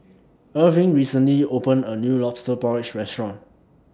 Erving recently opened A New Lobster Porridge Restaurant